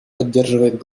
поддерживает